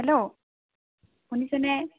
hello শুনিছেনে